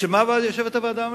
בשביל מה יושבת הוועדה הממלכתית?